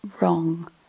wrong